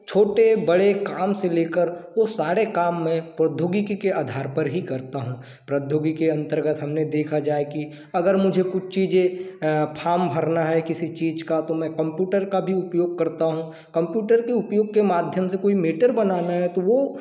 छोटे बड़े काम से ले कर वो सारे काम मैं प्रौद्योगिकी के आधार पर ही करता हूँ प्रौद्योगिकी के अंतर्गत हमने देखा जाए कि अगर मुझे कुछ चीज़ें फाम भरना है किसी चीज का तो मैं कंपुटर का भी उपयोग करता हूँ कंपुटर के उपयोग के माध्यम से कोई मेटर बनाना है तो वो